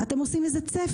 אתם עושים צפי.